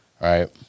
Right